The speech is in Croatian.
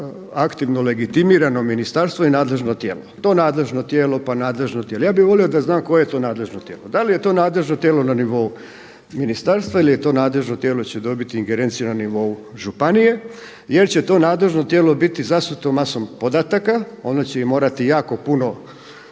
aktivno legitimirano ministarstvo i nadležno tijelo. To nadležno tijelo pa nadležno tijelo, ja bih volio da znam koje je to nadležno tijelo? Da li je to nadležno tijelo na nivou ministarstva ili je to nadležno tijelo će dobiti ingerenciju na nivou županije jer će to nadležno tijelo biti zasuto masom podataka, ono će morati jako puno